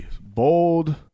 Bold